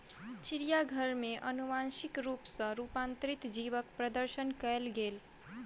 चिड़ियाघर में अनुवांशिक रूप सॅ रूपांतरित जीवक प्रदर्शन कयल गेल